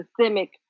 systemic